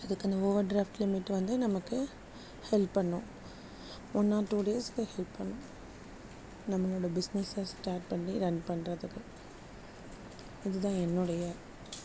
அதுக்கு அந்த overdraft limit வந்து நமக்கு ஹெல்ப் பண்ணும் ஒன் ஆர் டூ டேஸ்ஸுக்கு ஹெல்ப் பண்ணும் நம்மளோடய பிஸ்னஸ்ஸை ஸ்டார்ட் பண்ணி ரன் பண்ணுறதுக்கு இதுதான் என்னுடைய